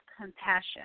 compassion